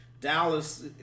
Dallas